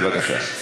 בבקשה.